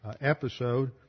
episode